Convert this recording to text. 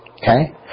Okay